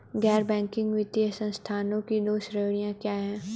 गैर बैंकिंग वित्तीय संस्थानों की दो श्रेणियाँ क्या हैं?